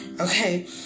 Okay